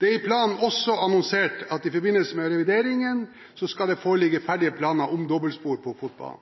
Det er i planen også annonsert at i forbindelse med revideringen skal det foreligge ferdige